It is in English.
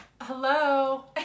Hello